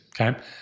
okay